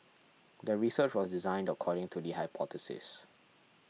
the research was designed according to the hypothesis